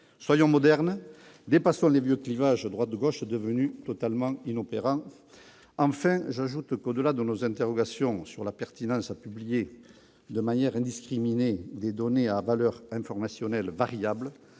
Soyons modernes ! Dépassons le vieux clivage droite-gauche, devenu totalement inopérant ! Enfin, j'ajoute qu'au-delà de nos interrogations sur la pertinence à publier de manière indiscriminée des données à valeur informationnelle variable,